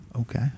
Okay